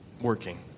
working